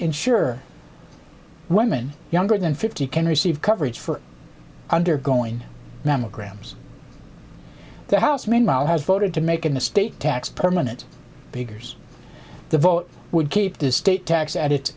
ensure women younger than fifty can receive coverage for undergoing mammograms the house meanwhile has voted to make an estate tax permanent biggers the vote would keep the state tax a